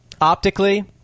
optically